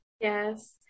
Yes